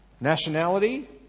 Nationality